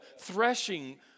threshing